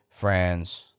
friends